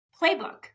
playbook